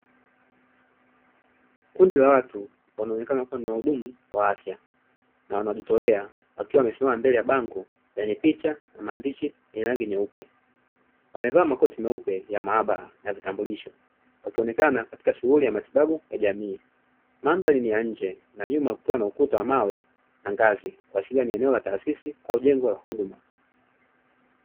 Kundi la watu wanaonekana ni wahudumu wa afya na wanajitolea wakiwa wamesimama mbele ya bango lenye picha na maandishi yenye rangi nyeupe. Wamevaa makoti meupe ya maabara na vitambulisho wakionekana katika shughuli ya matibabu ya jamii. Mandhari ni ya nje na nyuma kukiwa na ukuta wa mawe na ngazi kuashiria ni eneo la taasisi au jengo la huduma.